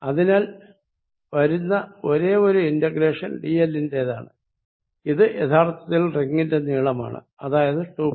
അതിനാൽ വരുന്ന ഒരേ ഒരു ഇന്റഗ്രേഷൻ dl ന്റേതാണ് ഇത് യഥാർത്ഥത്തിൽ റിങ്ങിന്റെ നീളമാണ് അതായത് 2πR